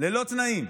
ללא תנאים.